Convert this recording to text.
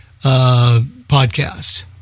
podcast